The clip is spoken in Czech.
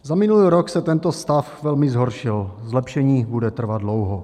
Za minulý rok se tento stav velmi zhoršil, zlepšení bude trvat dlouho.